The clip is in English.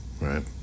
Right